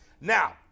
Now